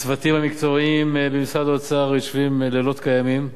הצוותים המקצועיים במשרד האוצר יושבים לילות כימים,